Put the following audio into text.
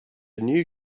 new